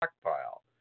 stockpile